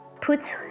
Puts